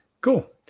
Cool